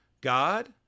God